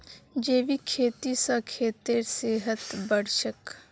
जैविक खेती स खेतेर सेहत बढ़छेक